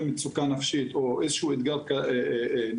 מצוקה נפשית או איזשהו אתגר נפשי,